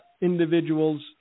individuals